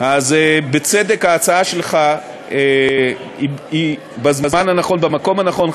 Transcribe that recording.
אז בצדק ההצעה שלך היא בזמן הנכון, במקום הנכון.